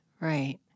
right